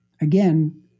again